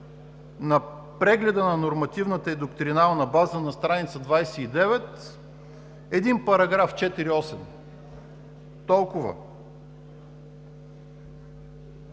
на прегледа на нормативната и доктриналната база на страница 29, един § 48. Толкова.